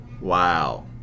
wow